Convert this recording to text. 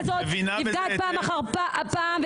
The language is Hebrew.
הזאת פעם אחר פעם --- היא מבינה בזה היטב.